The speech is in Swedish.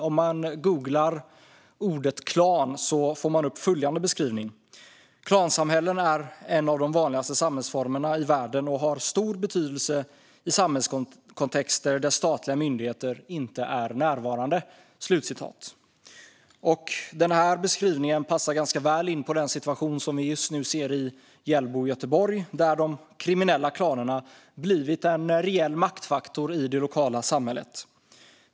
Om man googlar ordet klan får man upp följande beskrivning: "Klansamhällen är en av de vanligaste samhällsformerna i världen och har stor betydelse i samhällskontexter där statliga myndigheter inte är närvarande." Beskrivningen passar ganska väl in på den situation som vi just nu ser i Hjällbo i Göteborg, där de kriminella klanerna har blivit en reell maktfaktor i det lokala samhället.